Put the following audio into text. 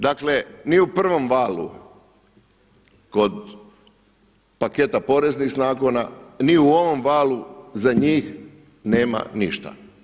Dakle, mi u pravom valu kod paketa poreznih zakona, ni u ovom valu za njih nema ništa.